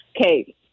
okay